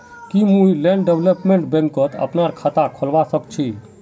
की मुई land development बैंकत अपनार खाता खोलवा स ख छी?